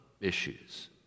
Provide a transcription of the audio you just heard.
issues